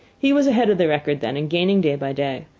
he was ahead of the record then, and gaining day by day.